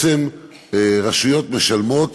שבעצם רשויות משלמות